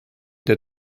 der